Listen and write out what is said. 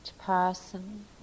person